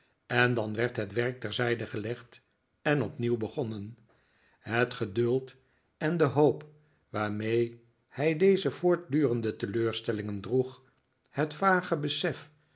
en dan werd het werk terzijde gelegd en opnieuw begonnen het geduld en de hoop waarmee hij deze voortdurende teleurstellingen droeg het vage besef